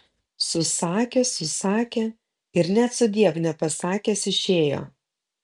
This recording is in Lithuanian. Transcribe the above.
susakė susakė ir net sudiev nepasakęs išėjo